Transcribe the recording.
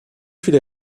viele